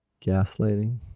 gaslighting